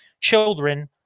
children